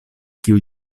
kiu